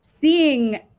seeing